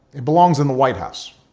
it belongs in the white house.